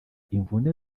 imvune